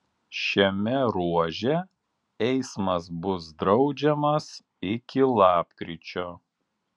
šiame ruože eismas bus draudžiamas iki lapkričio